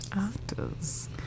Actors